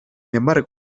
embargo